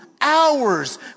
hours